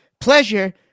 pleasure